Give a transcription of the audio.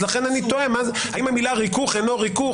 לכן אני תוהה האם המילה ריכוך אינו ריכוך